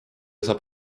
saab